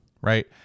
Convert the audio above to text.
right